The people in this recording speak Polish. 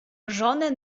żonę